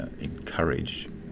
encourage